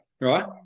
right